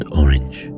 orange